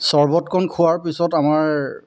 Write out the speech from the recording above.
চৰ্বতকণ খোৱাৰ পিছত আমাৰ